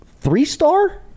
three-star